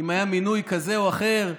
אם היה מינוי כזה או אחר,